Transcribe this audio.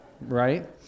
right